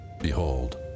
Behold